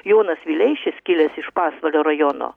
jonas vileišis kilęs iš pasvalio rajono